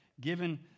given